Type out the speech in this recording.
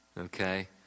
Okay